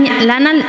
lana